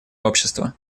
общества